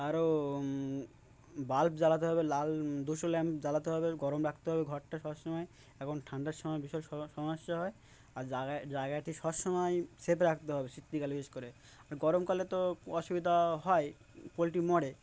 আরও বাল্ব জ্বালাতে হবে লাল দুশো ল্যাম্প জ্বালাতে হবে গরম রাখতে হবে ঘরটা সব সময় এখন ঠান্ডার সময় ভীষণ সমস্যা হয় আর জায়গা জায়গাটি সব সময় সেফ রাখতে হবে শীতকাল ইউজ করে আর গরমকালে তো অসুবিধা হয় পোলট্রি মরেে